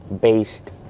based